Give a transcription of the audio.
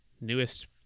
newest